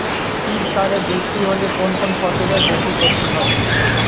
শীত কালে বৃষ্টি হলে কোন কোন ফসলের বেশি ক্ষতি হয়?